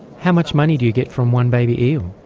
how much money do you get from one baby eel?